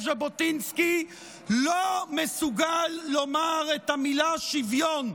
ז'בוטינסקי לא מסוגל לומר את המילה שוויון,